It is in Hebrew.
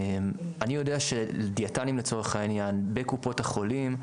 אני יודע שדיאטנים לצורך העניין בקופות החולים,